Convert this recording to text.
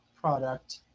product